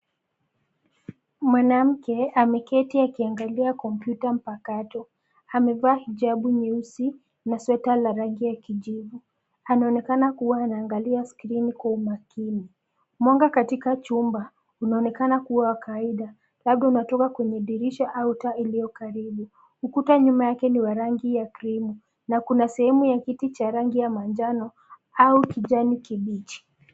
Mwanamke ameketi akiangalia kompyuta mpakato, amevaa hijabu nyeusi na sweta la rangi ya kijivu, anaonekana kua anaangalia skrini kwa umakini. Mwanga katika chumba, unaonekana kua wa kawaida, labda unatoka kwenye dirisha au taa iliyo karibu. Ukuta nyuma yake ni wa rangi ya cream na kuna sehemu ya kiti cha rangi ya manjano au kijani kibichi.